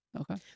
Okay